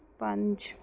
ਪੰਜ